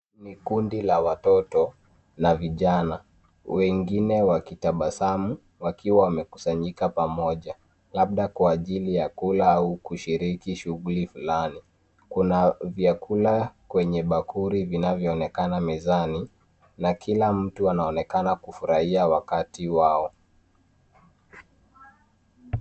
Ni kundi la watoto la vijana wengine wakitabasamu wakiwa wamekusanyika pamoja, labda kwa ajiri ya kula au kushiriki shughuli fulani. Kuna vyakula kwenye bakuli vinavyo onekana mezani, na kila mtu anaonekana kufurahia wakati wao.